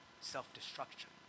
self-destruction